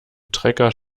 trecker